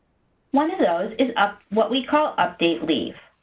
one of those is ah what we call update leave.